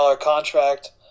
contract